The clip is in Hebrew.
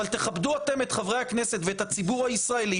אבל תכבדו אתם את חברי הכנסת ואת הציבור הישראלי.